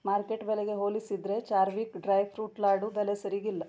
market ಬೆಲೆಗೆ ಹೋಲಿಸಿದರೆ Charvik dry fruit laddu ಬೆಲೆ ಸರಿಗಿಲ್ಲ